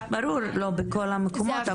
ברור שלא בכל המקומות,